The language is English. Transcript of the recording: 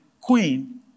queen